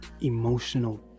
emotional